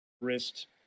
wrist